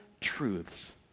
truths